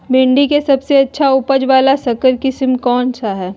भिंडी के सबसे अच्छा उपज वाला संकर किस्म कौन है?